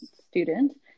student